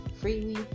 freely